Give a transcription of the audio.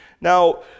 Now